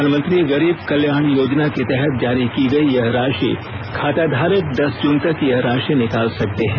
प्रधानमंत्री गरीब कल्याण योजना के तहत जारी की गई यह राशि खाताधारक दस जून तक यह राशि निकाल सकते हैं